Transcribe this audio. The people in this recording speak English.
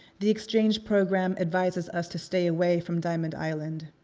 the exchange program advises us to stay away from diamond island.